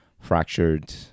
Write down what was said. fractured